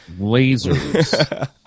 lasers